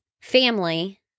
family